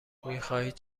میخواهید